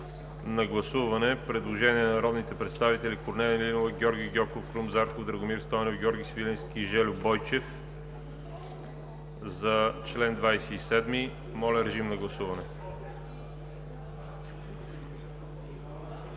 на гласуване предложение на народните представители Корнелия Нинова, Георги Гьоков, Крум Зарков, Драгомир Стойнев, Георги Свиленски и Жельо Бойчев за чл. 27. Гласували